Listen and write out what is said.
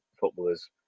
footballers